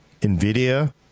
NVIDIA